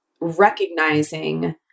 recognizing